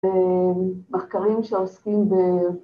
‫מחקרים שעוסקים ב...